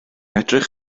edrych